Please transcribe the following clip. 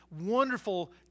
wonderful